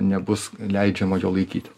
nebus leidžiama jo laikyti